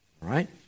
Right